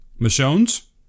Michonne's